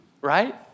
right